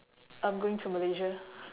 I'm going to malaysia